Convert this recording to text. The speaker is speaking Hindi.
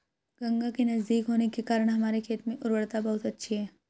गंगा के नजदीक होने के कारण हमारे खेत में उर्वरता बहुत अच्छी है